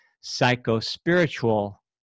psycho-spiritual